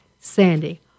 Sandy